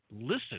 listen